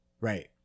Right